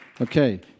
Okay